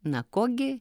na kuo gi